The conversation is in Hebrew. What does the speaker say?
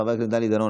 חבר הכנסת דני דנון,